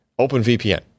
OpenVPN